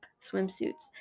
swimsuits